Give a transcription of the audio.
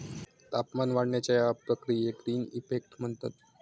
तापमान वाढण्याच्या या प्रक्रियेक ग्रीन इफेक्ट म्हणतत